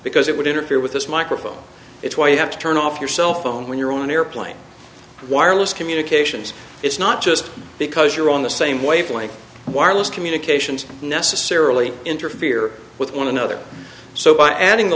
because it would interfere with this microphone it's why you have to turn off your cell phone when you're on an airplane wireless communications it's not just because you're on the same wavelength wireless communications necessarily interfere with one another so by adding the